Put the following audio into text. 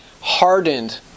hardened